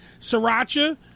sriracha